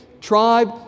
tribe